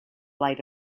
light